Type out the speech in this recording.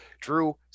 Drew